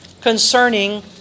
concerning